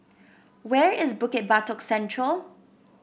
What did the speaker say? where is Bukit Batok Central